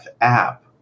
app